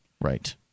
Right